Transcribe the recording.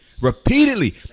Repeatedly